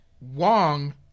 Wong